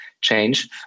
change